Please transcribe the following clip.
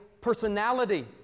personality